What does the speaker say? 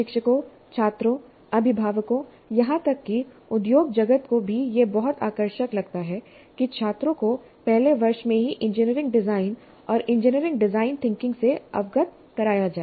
शिक्षकों छात्रों अभिभावकों यहां तक कि उद्योग जगत को भी यह बहुत आकर्षक लगता है कि छात्रों को पहले वर्ष में ही इंजीनियरिंग डिजाइन और इंजीनियरिंग डिजाइन थिंकिंग से अवगत कराया जाए